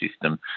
system